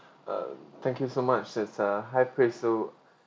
um thank you so much it's a high pretzel